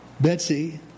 Betsy